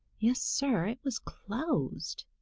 yes, sir, it was closed.